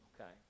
okay